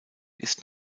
ist